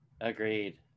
agreed